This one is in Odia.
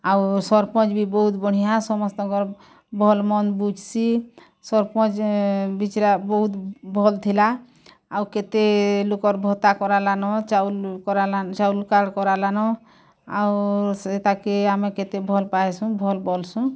ଆଉ ସରପଞ୍ଚ ବି ବହୁତ ବଢ଼ିଆ ସମସ୍ତଙ୍କର୍ ଭଲ୍ ମନ୍ଦ ବୁଝସି ସରପଞ୍ଚ ବିଚାର୍ ବହୁତ ଭଲ୍ ଥିଲା ଆଉ କେତେ ଲୁକ୍ ର ଭତ୍ତା କରାଲନ ଚାଉଲ୍ କରାଲନ ଚାଉଲ୍ କାର୍ଡ଼୍ କରାଲନ ଆଉ ସେ ତାକେ ଆମେ କେତେ ଭଲ୍ ପାଏସୁ ଭଲ୍ ବୋଲସୁ